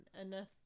enough